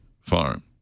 Farm